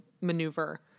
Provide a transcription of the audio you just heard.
maneuver